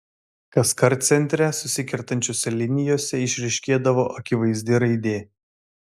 kaskart centre susikertančiose linijose išryškėdavo akivaizdi raidė